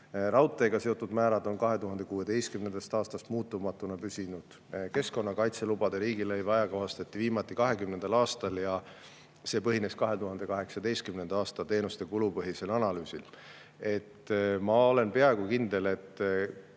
Raudteega seotud määrad on 2016. aastast muutumatuna püsinud. Keskkonnakaitselubade riigilõivu ajakohastati viimati 2020. aastal ja see põhineb 2018. aasta teenuste kulupõhisel analüüsil. Ma olen peaaegu kindel, et